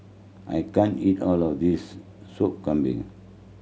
I can't eat all of this Sop Kambing